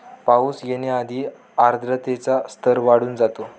पाऊस येण्याआधी आर्द्रतेचा स्तर वाढून जातो